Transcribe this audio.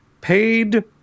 paid